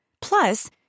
Plus